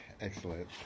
Excellent